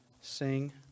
sing